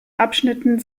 abschnitten